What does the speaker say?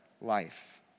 life